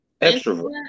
extrovert